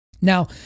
Now